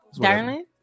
Darling